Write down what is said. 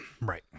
Right